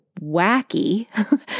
wacky